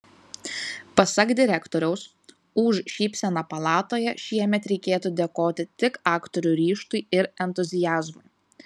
pasak direktoriaus už šypseną palatoje šiemet reikėtų dėkoti tik aktorių ryžtui ir entuziazmui